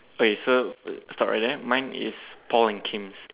okay so story then mine is Paul and Kims